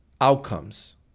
outcomes